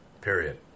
Period